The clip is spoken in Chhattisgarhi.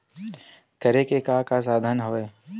करे के का का साधन हवय?